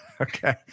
Okay